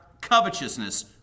covetousness